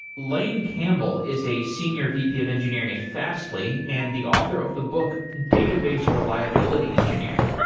laine campbell is a senior vp of engineering it fastly and the author of the book database reliability engineering.